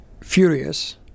furious